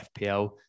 fpl